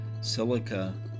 silica